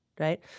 right